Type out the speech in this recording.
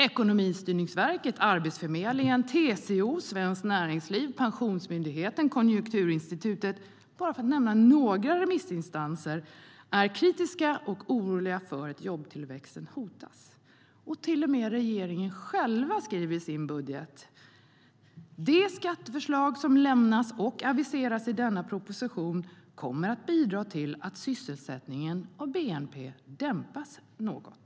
Ekonomistyrningsverket, Arbetsförmedlingen, TCO, Svenskt Näringsliv, Pensionsmyndigheten, Konjunkturinstitutet för att bara nämna några remissinstanser är kritiska och oroliga för att jobbtillväxten hotas. Till och med regeringen själv skriver i sin budget: "De skatteförslag som lämnas och aviseras i denna proposition kommer att bidra till att sysselsättningen och BNP dämpas något.